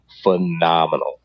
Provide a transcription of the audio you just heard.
Phenomenal